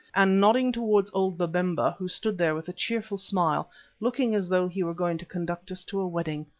and nodding towards old babemba, who stood there with a cheerful smile looking as though he were going to conduct us to a wedding.